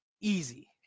easy